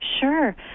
Sure